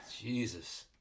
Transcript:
Jesus